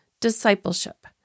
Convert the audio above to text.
Discipleship